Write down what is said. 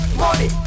money